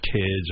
kids